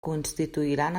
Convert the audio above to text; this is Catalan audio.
constituiran